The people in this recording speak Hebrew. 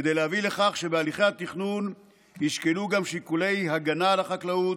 כדי להביא לכך שבהליכי התכנון יישקלו גם שיקולי הגנה על החקלאות,